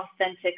authentic